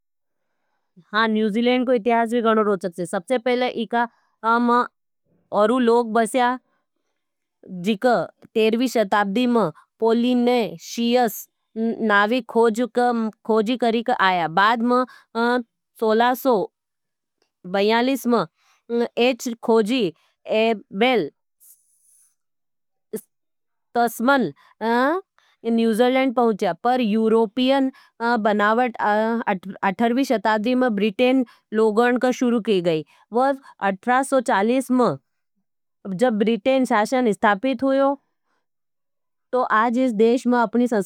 हाँ, न्यूजिलेंड को इतिहास भी गणो रोचक छे। सबसे पहले एक अम औरू लोग बसया जि का तेरहवी शताब्दी मं पोलीने शीयस नावी खोजी करीक आया। बाद मं सोलासो बैयालिस मं एच खोजी बेल तसमन न्यूजिलेंड पहुंचया। पर यूरोपियन बनावट अठरवी शताब्दी मं ब्रिटेन लोगण का शुरु की गई। बाद अठरासो चालिस मं जब ब्रिटेन शासन स्थापित हुयो, तो आज इस देश मं।